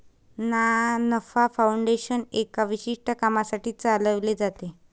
ना नफा फाउंडेशन एका विशिष्ट कामासाठी चालविले जाते